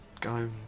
go